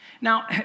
Now